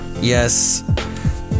Yes